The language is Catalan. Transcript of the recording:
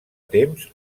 temps